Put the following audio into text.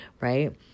right